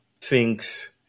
thinks